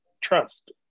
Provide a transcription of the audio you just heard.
trust